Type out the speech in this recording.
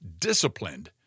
disciplined